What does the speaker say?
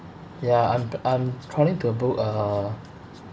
ya I'm I'm trying to book a